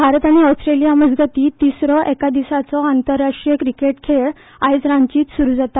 भारत आनी ऑस्ट्रेलिया मजगतीं तिसरो एका दिसाचो आंतरराष्ट्रीय क्रिकेट खेळ आयज रांचींत सुरू आसा